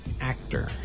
actor